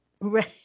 Right